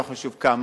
לא חשוב כמה.